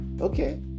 Okay